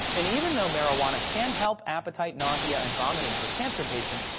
and even though marijuana can help appetite, nausea, and vomiting for cancer patients,